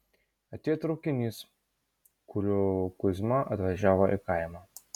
atėjo traukinys kuriuo kuzma atvažiavo į kaimą